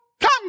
come